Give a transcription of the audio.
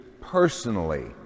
personally